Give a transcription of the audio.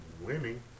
winning